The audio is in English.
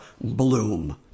bloom